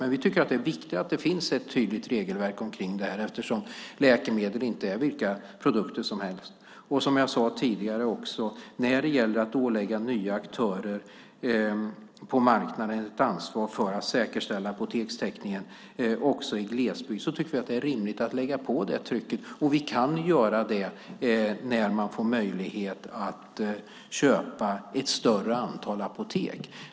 Men vi tycker att det är viktigare att det finns ett tydligt regelverk omkring det här, eftersom läkemedel inte är vilka produkter som helst. Som jag sade tidigare tycker vi, när det gäller att ålägga nya aktörer på marknaden ett ansvar för att säkerställa apotekstäckningen också i glesbygd, att det är rimligt att lägga på det trycket. Och vi kan göra det när man får möjlighet att köpa ett större antal apotek.